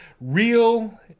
Real